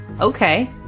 Okay